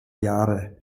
jahre